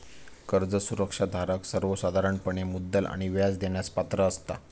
कर्ज सुरक्षा धारक सर्वोसाधारणपणे मुद्दल आणि व्याज देण्यास पात्र असता